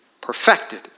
perfected